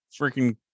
freaking